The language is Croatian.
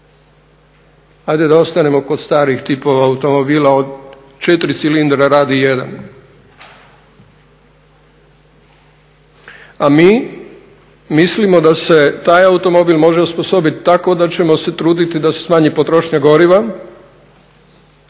ajde da ostanemo kod starih tipova automobila od 4 cilindra radi 1, a mi mislimo da se taj automobil može osposobiti tako da ćemo se truditi da se smanji potrošnja goriva,